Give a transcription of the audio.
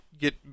get